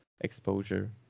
exposure